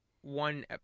one